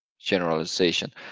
generalization